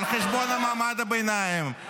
על חשבון מעמד הביניים.